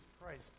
Christ